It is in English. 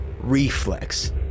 reflex